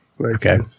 Okay